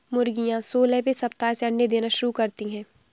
मुर्गियां सोलहवें सप्ताह से अंडे देना शुरू करती है